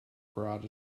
broad